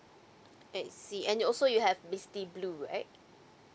I see and also you have misty blue right